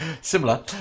similar